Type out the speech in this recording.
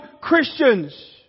Christians